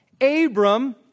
Abram